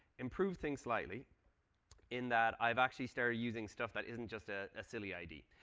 improved things slightly in that i've actually started using stuff that isn't just a silly id.